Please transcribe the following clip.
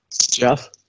Jeff